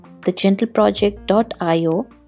thegentleproject.io